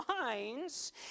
minds